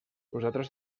nosaltres